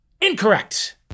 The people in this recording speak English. Incorrect